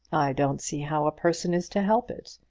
i don't see how a person is to help it.